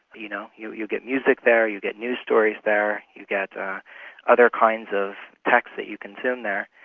you know. you you get music there, you get news stories there, you get ah other kinds of text that you consume there.